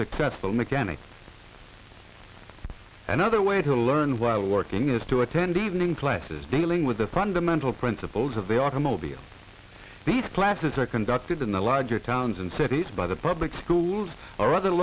successful mechanic another way to learn while working is to attend evening classes dealing with the fundamental principles of the automobile these classes are conducted in the larger towns and cities by the public schools or other